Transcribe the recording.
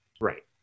right